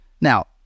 Now